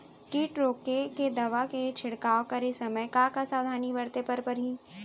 किट रोके के दवा के छिड़काव करे समय, का का सावधानी बरते बर परही?